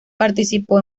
participó